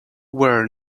were